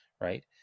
right